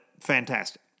fantastic